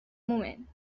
moment